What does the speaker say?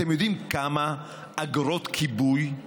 אתם יודעים כמה אגרות כיבוי,